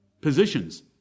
positions